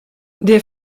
der